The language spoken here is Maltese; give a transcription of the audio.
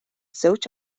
żewġ